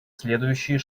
следующие